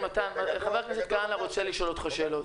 חבר הכנסת כהנא רוצה לשאול אותך שאלות.